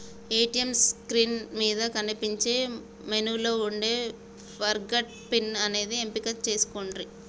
ATM screen మీద కనిపించే మెనూలో వుండే ఫర్గాట్ పిన్ అనే ఎంపికను ఎంచుకొండ్రి